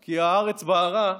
כי הארץ בערה,